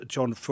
John